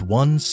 one